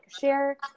share